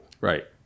Right